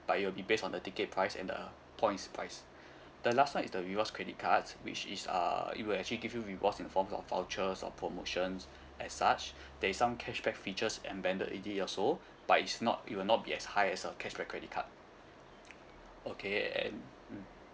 but it will be based on the ticket price and the points price the last one is the rewards credit cards which is uh it will actually give you rewards in the form of vouchers or promotions as such there is some cashback features embedded in it also but it's not it will not be as high as a cashback credit card okay and mm